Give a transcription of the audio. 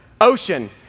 ocean